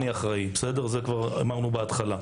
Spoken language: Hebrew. את זה כבר אמרנו בהתחלה,